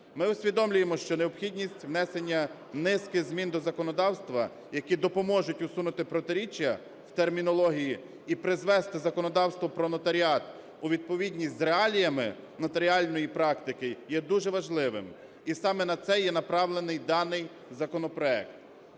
Ми усвідомлюємо, що необхідність внесення низки змін до законодавства, які допоможуть усунути протиріччя в термінології і призвести законодавство про нотаріат у відповідність з реаліями нотаріальної практики, є дуже важливим, і саме на це є направлений даний законопроект.